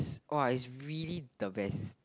!wah! is really the best